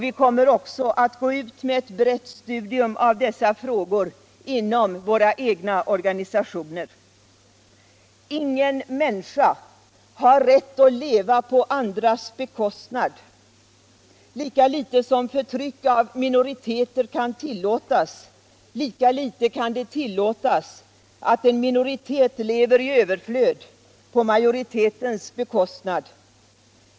Vi kommer också att gå ut med ett brett studium av dessa frågor inom våra organisationer. Ingen människa har rätt att leva på andras bekostnad. Lika litet som förtryck av minoriteter kan tillåtas, lika litet kan det tillåtas att en minoritet lever i överflöd på majoritetens bekostnad.